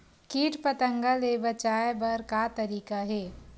कीट पंतगा ले बचाय बर का तरीका हे?